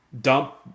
dump